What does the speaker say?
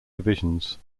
divisions